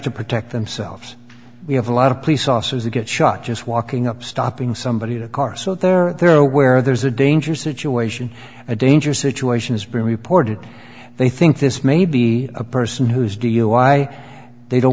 to protect themselves we have a lot of police officers that get shot just walking up stopping somebody to a car so there are there where there's a dangerous situation a dangerous situation is being reported they think this may be a person who's dui they don't